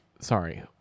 sorry